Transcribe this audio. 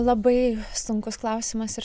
labai sunkus klausimas ir